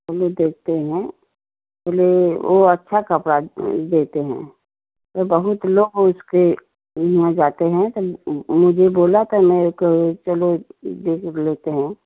चलिए देखते हैं चलिए वो अच्छा कपड़ा देते हैं बहुत लोग उसके यहाँ जाते हैं तो मुझे बोला था मेरे को चलो देख लेते हैं